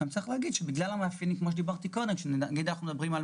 גם צריך להגיד שמורים למשל אנחנו נצטרך גם